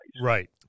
Right